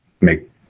make